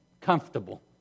comfortable